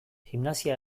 gimnasia